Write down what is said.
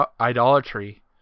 idolatry